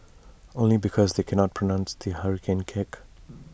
only because they cannot pronounce the hurricane kick